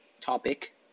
topic